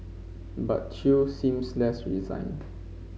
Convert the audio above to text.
but Chew seems less resigned